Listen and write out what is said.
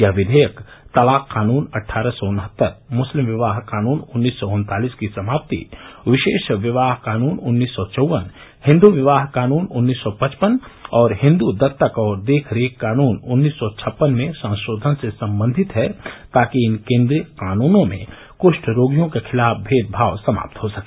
यह विधेयक तलाक कानून अट्ठारह सौ उनहत्तर मुस्लिम विवाह कानून उन्नीस सौ उन्तालिस की समाप्ति विशेष विवाह कानून उन्नीस सौ चौवन हिंदू विवाह कानून उन्नीस सौ पचपन और हिंदू दत्तक और देखरेख कानून उन्नीस सौ छप्पन में संशोधन से संबंधित है ताकि इन केंद्रीय कानूनों में कुछ रोगियों के खिलाफ भेदभाव समाप्त हो सके